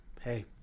hey